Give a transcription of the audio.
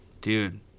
Dude